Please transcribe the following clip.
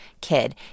kid